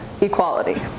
equality